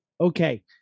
Okay